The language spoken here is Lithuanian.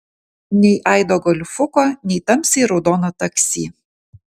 nei aido golfuko nei tamsiai raudono taksi